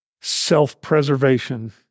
self-preservation